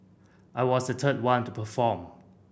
I was the third one to perform